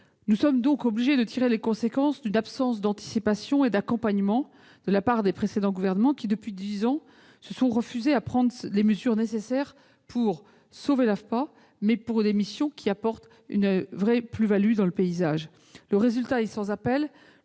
Nous sommes donc obligés de tirer les conséquences d'une absence d'anticipation et de résolution des précédents gouvernements qui, depuis dix ans, se sont refusé à prendre les mesures nécessaires pour sauver l'AFPA, mais avec des missions apportant une véritable plus-value dans le paysage de la formation. Le résultat est sans appel